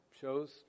shows